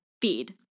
feed